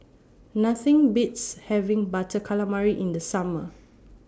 Nothing Beats having Butter Calamari in The Summer